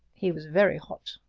he was very hot.